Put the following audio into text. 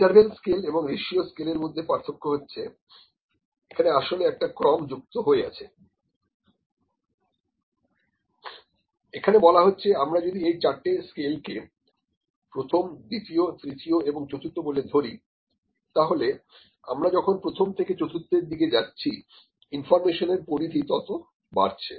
interval scale এবং ratio স্কেলের মধ্যে পার্থক্য হচ্ছে এখানে আসলে একটা ক্রম যুক্ত হয়ে আছে এখানে বলা হচ্ছে আমরা যদি এই চারটে স্কেল কে প্রথম দ্বিতীয় তৃতীয় এবং চতুর্থ বলে ধরি তাহলে আমরা যখন প্রথম থেকে চতুর্থের দিকে যাচ্ছি ইনফর্মেশন এর পরিধি ততো বাড়ছে